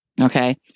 Okay